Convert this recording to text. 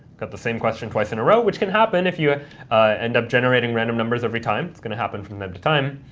got the same question twice in a row, which can happen if you end up generating random numbers every time. it's going to happen from time to time.